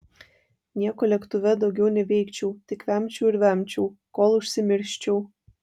nieko lėktuve daugiau neveikčiau tik vemčiau ir vemčiau kol užsimirščiau